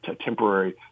temporary